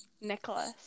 Nicholas